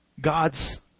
God's